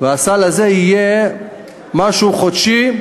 והסל הזה יהיה משהו חודשי,